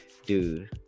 Dude